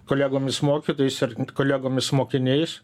kolegomis mokytojais ir kolegomis mokiniais